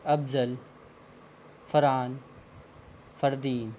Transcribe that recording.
Afzal Farhan Fardeen